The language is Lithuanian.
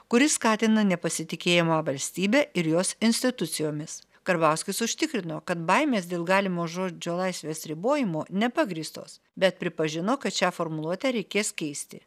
kuri skatina nepasitikėjimą valstybe ir jos institucijomis karbauskis užtikrino kad baimės dėl galimo žodžio laisvės ribojimo nepagrįstos bet pripažino kad šią formuluotę reikės keisti